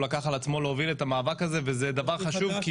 הוא לקח על עצמו להוביל את המאבק הזה וזה דבר חשוב.